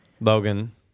Logan